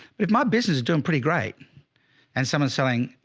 but if my business is doing pretty great and someone's selling,